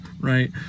right